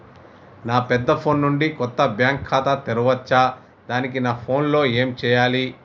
నా పెద్ద ఫోన్ నుండి కొత్త బ్యాంక్ ఖాతా తెరవచ్చా? దానికి నా ఫోన్ లో ఏం చేయాలి?